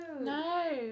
No